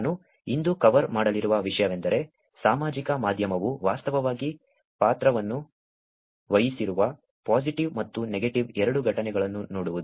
ನಾನು ಇಂದು ಕವರ್ ಮಾಡಲಿರುವ ವಿಷಯವೆಂದರೆ ಸಾಮಾಜಿಕ ಮಾಧ್ಯಮವು ವಾಸ್ತವವಾಗಿ ಪಾತ್ರವನ್ನು ವಹಿಸಿರುವ ಪಾಸಿಟಿವ್ ಮತ್ತು ನೆಗೆಟಿವ್ ಎರಡೂ ಘಟನೆಗಳನ್ನು ನೋಡುವುದು